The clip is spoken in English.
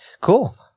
Cool